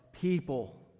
people